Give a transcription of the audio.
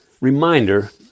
reminder